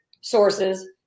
sources